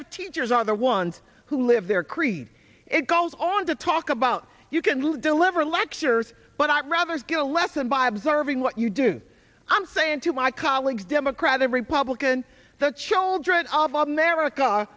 of teachers are the ones who live their creed it goes on to talk about you can deliver lectures but i'd rather get a lesson by observing what you do i'm saying to my colleagues democrat or republican the children of america